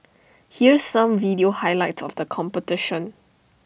here's some video highlight of the competition